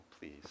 please